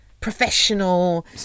professional